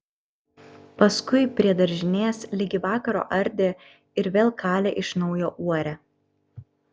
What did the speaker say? paskui prie daržinės ligi vakaro ardė ir vėl kalė iš naujo uorę